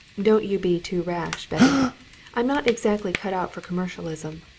don't you be too rash, betty i'm not exactly cut out for commercialism.